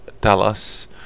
Dallas